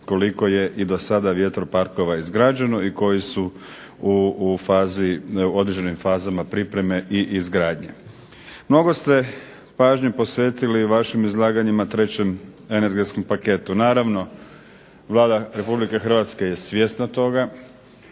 koliko je i dosada vjetroparkova izgrađeno i koji su u fazi, u određenim fazama pripreme i izgradnje. Mnogo ste pažnje posvetili u vašim izlaganjima trećem energetskom paketu. Naravno Vlada Republike Hrvatske je svjesna toga.